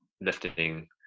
lifting